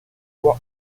voix